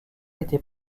était